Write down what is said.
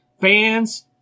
Fans